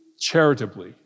charitably